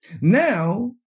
Now